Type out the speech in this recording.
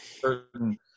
certain